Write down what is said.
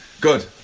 good